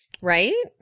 Right